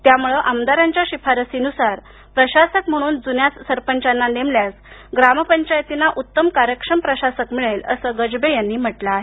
त्यामुळे आमदाराच्या शिफारसीनुसार प्रशासक म्हणून जुन्याच सरपंचांना नेमल्यास ग्रामपंचायतींना उत्तम कार्यक्षम प्रशासक मिळेल असं गजबे यांनी म्हटलं आहे